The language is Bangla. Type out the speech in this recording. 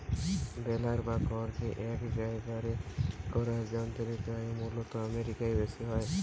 বেলার বা খড়কে এক জায়গারে করার যন্ত্রের কাজ মূলতঃ আমেরিকায় বেশি হয়